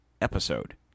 episode